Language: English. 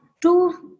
two